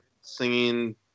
singing